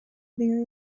very